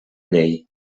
llei